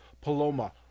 Paloma